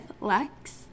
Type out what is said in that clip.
Lex